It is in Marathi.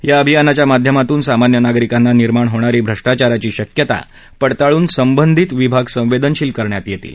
या अभियानाच्या माध्यमातून सामान्य नागरिकांना निर्माण होणारी भ्रष्टाचाराची शक्यता पडताळून संबंधित विभाग संवेदनशील करण्यात येतील